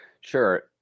Sure